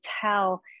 tell